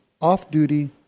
off-duty